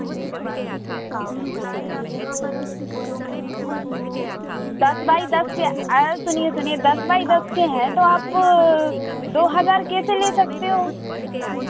दस बाइ दस के अय सुनिए सुनिए दस बाइ दस के है तो आप दो हज़ार कैसे ले सकते हैं